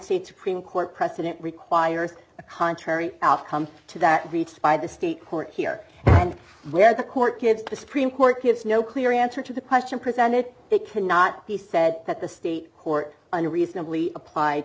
supreme court precedent requires a contrary outcome to that reached by the state court here where the court kids to the supreme court gives no clear answer to the question presented that cannot be said that the state court unreasonably applied